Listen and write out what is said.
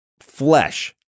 flesh